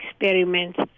experiments